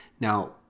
Now